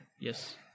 yes